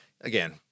again